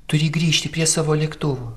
turi grįžti prie savo lėktuvo